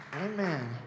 Amen